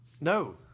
No